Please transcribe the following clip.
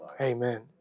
Amen